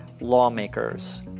lawmakers